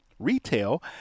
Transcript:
retail